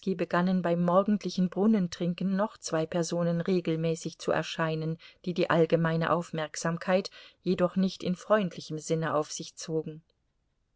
begannen beim morgendlichen brunnentrinken noch zwei personen regelmäßig zu erscheinen die die allgemeine aufmerksamkeit jedoch nicht in freundlichem sinne auf sich zogen